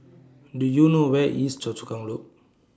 Do YOU know Where IS Choa Chu Kang Loop